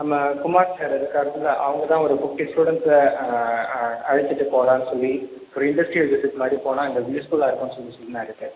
நம்ம குமார் சார் இருக்காங்கள்ல அவங்க தான் ஒரு ஃபிஃப்ட்டி ஸ்டூடண்ட்ஸை அழைச்சிட்டு போகலானு சொல்லி ஒரு இன்டஸ்டியல் விசிட் மாதிரி போனால் எங்களுக்கு யூஸ்ஃபுல்லாக இருக்கும்னு சொல்லி சொன்னார்